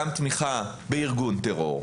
גם תמיכה בארגון טרור.